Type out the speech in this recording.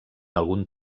algun